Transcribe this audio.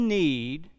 need